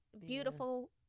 beautiful